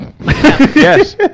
Yes